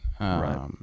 Right